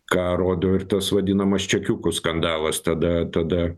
ką rodo ir tas vadinamas čekiukų skandalas tada tada